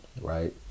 Right